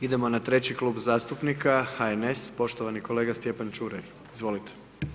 Idemo na treći Klub zastupnika HNS, poštovani kolega Stjepan Čuraj, izvolite.